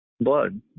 Blood